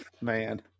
man